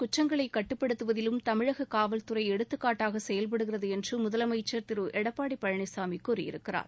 குற்றங்களைக் கட்டுப்படுத்துவதிலும் தமிழகக் காவல்துறை புலனாய்வு எடுத்துக்காட்டாக செயல்படுகிறது என்று முதலமைச்சர் திரு எடப்பாடி கே பழனிசாமி கூறியிருக்கிறார்